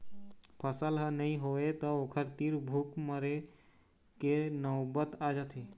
फसल ह नइ होवय त ओखर तीर भूख मरे के नउबत आ जाथे